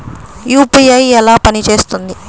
UPI ఎలా పనిచేస్తుంది?